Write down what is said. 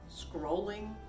scrolling